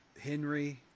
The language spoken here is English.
Henry